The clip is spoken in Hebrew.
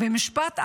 ומשפט אחרון.